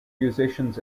musicians